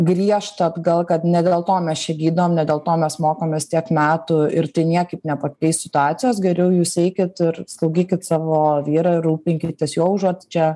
griežtą atgal kad ne dėl to mes čia gydom ne dėl to mes mokomės tiek metų ir tai niekaip nepakeis situacijos geriau jūs eikit ir slaugykit savo vyrą rūpinkitės juo užuot čia